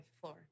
floor